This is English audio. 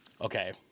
okay